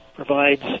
provides